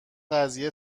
قضیه